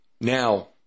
Now